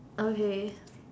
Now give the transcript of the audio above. okay